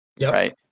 right